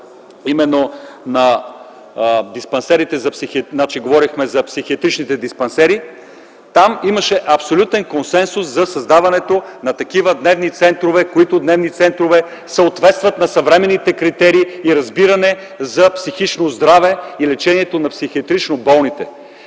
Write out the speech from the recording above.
Когато говорихме за психиатричните диспансери, там имаше абсолютен консенсус за създаването на такива дневни центрове, които съответстват на съвременните критерии и разбиране за психично здраве и лечението на психиатрично болните.